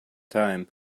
time